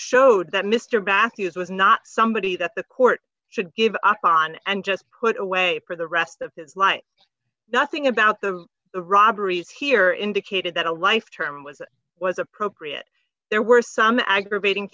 showed that mr bath use was not somebody that the court should give up on and just put away for the rest of his life nothing about the robberies here indicated that a life term was was appropriate there were some aggravating